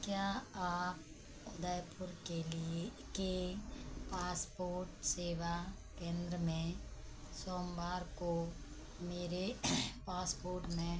क्या आप उदयपुर के लिए के पासपोर्ट सेवा केंद्र में सोमवार को मेरे पासपोर्ट में